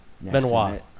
Benoit